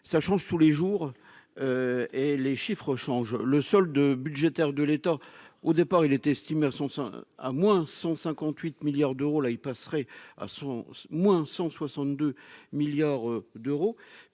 ça change tous les jours et les chiffres changent le solde budgétaire de l'État, au départ, il est estimé à son sang à moins 158 milliards d'euros, là, il passerait à sont moins de 162 milliards d'euros